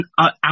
out